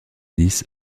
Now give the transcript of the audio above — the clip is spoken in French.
dix